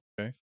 Okay